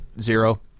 zero